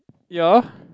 ya